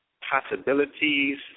possibilities